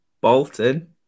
Bolton